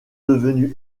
devenu